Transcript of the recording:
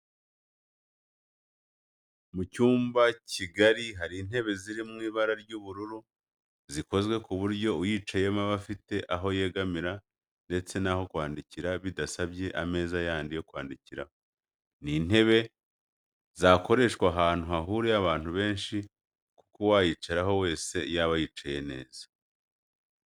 Mu cyumba kigari hari intebe ziri mu ibara ry'ubururu zikozwe ku buryo uyicayeho aba afite aho yegamira ndetse n'aho kwandikira bidasabye ameza yandi yo kwandikiraho. Ni intebe zakoreshwa ahantu hahuriye abantu benshi kuko uwayicaraho wese yaba yicaye neza